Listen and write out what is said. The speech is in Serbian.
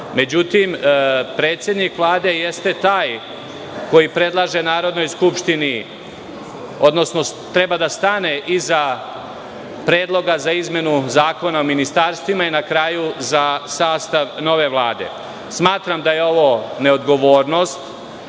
međutim, predsednik Vlade jeste taj koji predlaže Narodnoj skupštini, odnosno treba da stane iza predloga za izmenu Zakona o ministarstvima i na kraju za sastav nove Vlade. Smatram da je ovo neodgovornost,